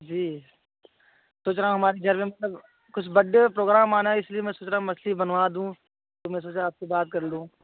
जी तो ज़रा हमारे कुछ बड्डे प्रोग्राम आना है इसलिए मैं सोच रहा हूँ मछली बनवा दूँ तो मैं सोचा आपसे बात कर लूँ